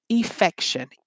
affection